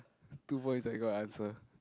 two points I got answer